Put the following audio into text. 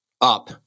up